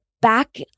back